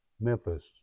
Memphis